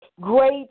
great